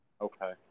Okay